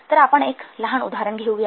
तर आपण एक लहान उदाहरण घेऊया